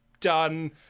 Done